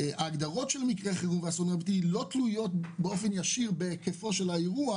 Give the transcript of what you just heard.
ההגדרות של מקרי חירום אינן תלויות באופן ישיר בהיקף היורוע